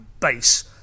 base